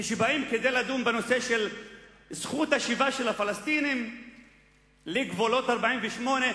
כאשר באים לדון בנושא זכות השיבה של הפלסטינים לגבולות 48',